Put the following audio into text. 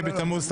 ה' בתמוז,